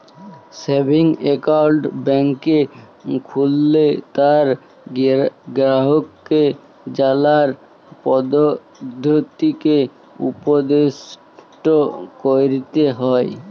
savings account ব্যাংকে খুললে তার গেরাহককে জালার পদধতিকে উপদেসট ক্যরতে হ্যয়